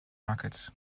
market